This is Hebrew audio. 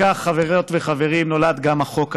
כך, חברות וחברים, נולד גם החוק הזה,